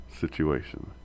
situation